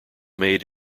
made